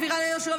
העביר ליהושע,